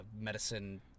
medicine